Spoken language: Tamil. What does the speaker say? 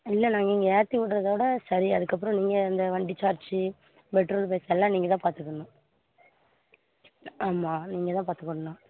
இல்லை நாங்கள் இங்கே ஏற்றி விட்றதோட சரி அதுக்கப்புறம் நீங்கள் இந்த வண்டி சார்ஜ்ஜூ பெட்ரோல் பைசாயெலாம் நீங்கள் தான் பார்த்துக்கிடணும் ஆமாம் நீங்கள் தான் பார்த்துக்கிடணும்